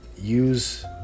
use